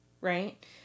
right